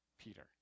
Peter